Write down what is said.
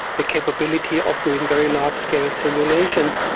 the capability of doing very large-scale simulations,